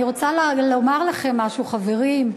אני רוצה לומר לכם משהו, חברים: